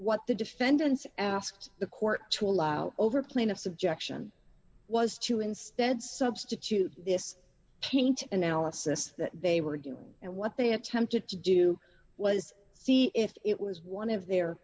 what the defendants asked the court to allow over plaintiff's objection was to instead substitute this change analysis that they were doing and what they attempted to do was see if it was one of their